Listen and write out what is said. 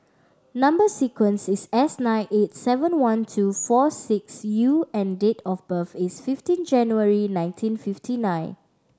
number sequence is S nine eight seven one two four six U and date of birth is fifiteen January nineteen fifty nine